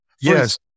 Yes